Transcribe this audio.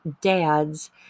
dads